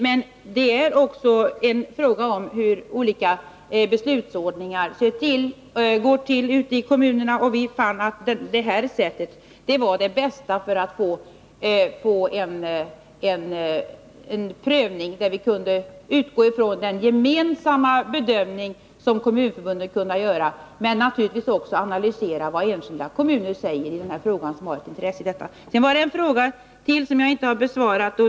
Men det är också en fråga om hur olika beslutsordningar fungerar ute i kommunerna. Vi fann att det här sättet var det bästa — en prövning där vi kan utgå ifrån den gemensamma bedömning som kommunförbunden gör men naturligtvis också analysera vad enskilda kommuner som har ett intresse i detta säger. Det var sedan en fråga till som jag inte har besvarat.